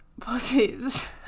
positives